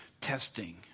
testing